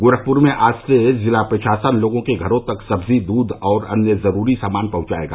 गोरखपुर में आज से जिला प्रशासन लोगों के घरो तक सब्जी दूध और अन्य जरूरी सामान पहुंचायेगा